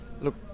look